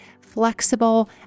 flexible